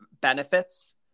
benefits